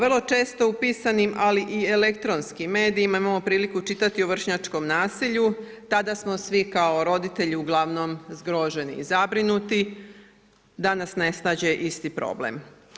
Vrlo često upisanim ali i elektronskim medijima, imamo priliku čitati o vršnjačkom naselju, tada smo svi kao roditelji, ugl. zgroženi i zabrinuti, da nas ne snađe isti problem.